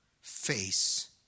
face